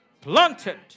planted